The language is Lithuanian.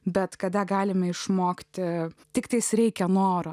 bet kada galime išmokti tiktai reikia noro